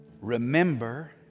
Remember